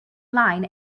line